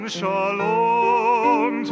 Shalom